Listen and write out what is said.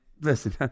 listen